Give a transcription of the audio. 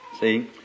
See